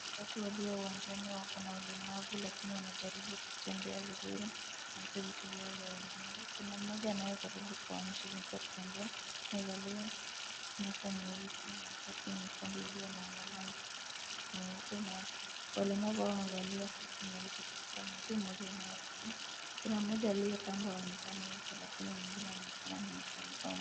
Watatu walio uwanjani wakona ulemavu lakini wanajaribu kutembea vizuri , na hizi vitu vyao vya walemavu. Kuna mmoja anayejaribu kuwaonyesha jinsi ya kutembea amevalia kinyasa nyeusi na shati nyekundu iliyo na alama nyeupe na, walemavu hawa wamevalia soksi nyeupe katika mguu mmoja inayo fanya .Kuna mmoja aliye kando haonekani uso lakini